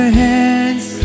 hands